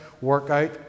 workout